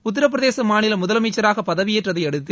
உத்திரபிரதேச மாநில முதலமைச்சராக பதவியேற்றதை அடுத்து